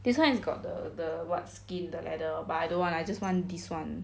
this [one] is got the the what skin the leather but I don't want I just want this [one]